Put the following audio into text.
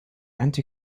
anti